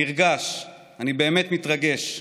נרגש, אני באמת מתרגש מהמעמד,